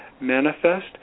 manifest